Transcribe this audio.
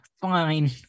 Fine